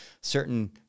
certain